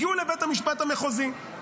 הגיעו לבית המשפט המחוזי,